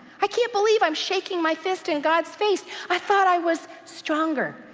i can't believe i'm shaking my fist in god's face. i thought i was stronger.